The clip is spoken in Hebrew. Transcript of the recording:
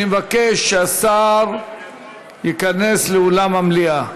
אני מבקש שהשר ייכנס לאולם המליאה.